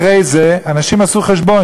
אחרי זה אנשים עשו חשבון,